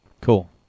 Cool